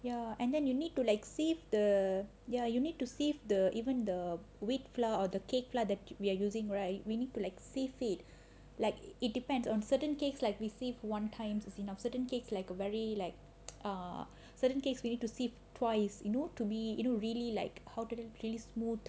ya and then you need to like save the ya you need to save the even the wheat flour or the cake lah the we're using right we need to like see sieve it like it depends on certain cakes like we sieve one times is enough certain cake like a very like a certain cakes we need to sieve twice you know to be you know really like how to you know really smooth